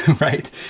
right